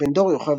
בן-דור, יוכבד.